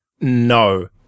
No